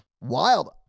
Wild